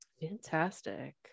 Fantastic